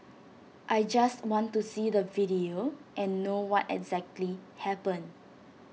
I just want to see the video and know what exactly happened